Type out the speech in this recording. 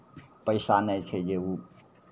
पैसा नहि छै जे ओ